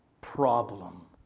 problem